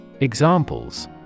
Examples